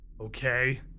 Okay